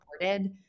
reported